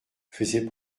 faisait